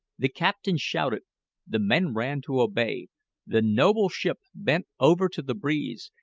the captain shouted the men ran to obey the noble ship bent over to the breeze,